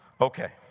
Okay